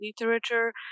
literature